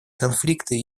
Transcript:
конфликты